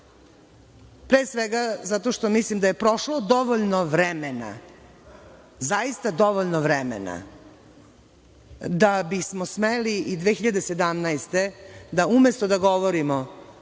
Pre svega, zato što mislim da je prošlo dovoljno vremena, zaista dovoljno vremena, da bismo smeli i 2017. godine da, umesto da govorimo